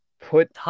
put